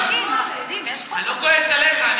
יש חוק, אני לא כועס עליך,